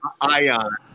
Ion